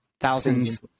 Thousands